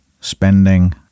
spending